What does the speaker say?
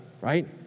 right